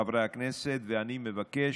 חברי הכנסת, ואני מבקש,